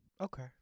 Okay